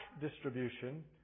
distribution